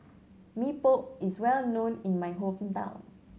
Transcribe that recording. Mee Pok is well known in my hometown